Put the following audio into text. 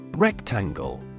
Rectangle